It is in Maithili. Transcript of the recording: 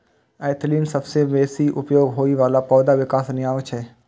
एथिलीन सबसं बेसी उपयोग होइ बला पौधा विकास नियामक छियै